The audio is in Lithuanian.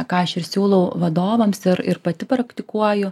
ką aš ir siūlau vadovams ir ir pati praktikuoju